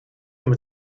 mit